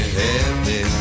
happy